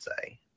say